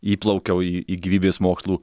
įplaukiau į į gyvybės mokslų